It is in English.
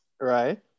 Right